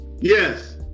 Yes